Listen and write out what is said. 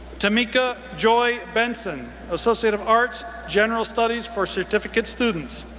timeka joy benson, associate of arts, general studies for certificate students.